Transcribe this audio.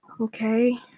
Okay